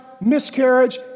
miscarriage